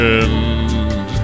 end